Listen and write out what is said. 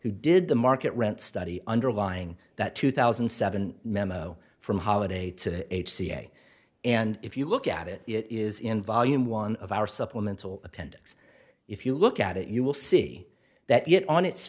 who did the market rent study underlying that two thousand and seven memo from holiday to h ca and if you look at it it is in volume one of our supplemental appendix if you look at it you will see that it on its